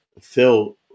Phil